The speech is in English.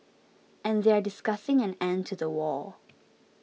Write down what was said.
and they are discussing an end to the war